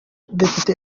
depite